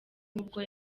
nubwo